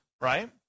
right